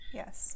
yes